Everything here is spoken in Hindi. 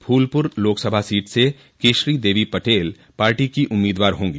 फूलपुर लोकसभा सीट से कोशरी देवी पटेल पार्टी की उम्मीदवार होंगी